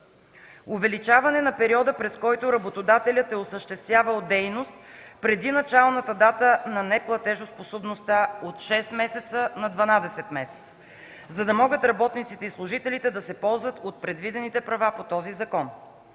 увеличаване на периода, през който работодателят е осъществявал дейност преди началната дата на неплатежоспособността – от 6 месеца на 12 месеца, за да могат работниците и служителите да се ползват от предвидените права по този закон;